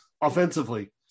offensively